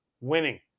Winning